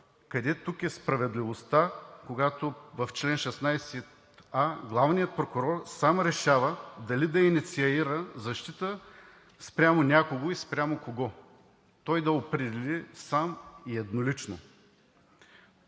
къде тук е справедливостта, когато в чл. 16а главният прокурор сам решава дали да инициира защита спрямо някого и спрямо кого? Той да определи сам и еднолично.